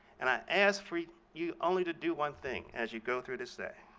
and i ask for you only to do one thing as you go through this day,